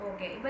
Okay